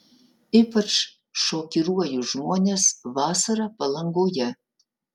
ypač šokiruoju žmones vasarą palangoje